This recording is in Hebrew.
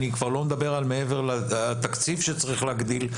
אני כבר לא מדבר על מעבר לתקציב שצריך להגדיל,